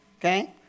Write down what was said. Okay